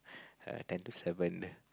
ten to seven